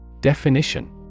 Definition